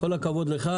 כל הכבוד לך,